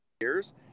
years